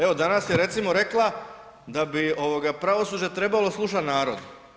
Evo danas je recimo rekla da bi pravosuđe trebalo slušati narod.